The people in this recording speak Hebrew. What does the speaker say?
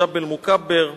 ג'בל-מוכבר.